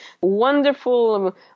wonderful